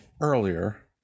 earlier